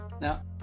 now